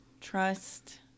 trust